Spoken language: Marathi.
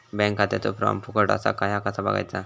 बँक खात्याचो फार्म फुकट असा ह्या कसा बगायचा?